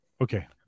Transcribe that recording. Okay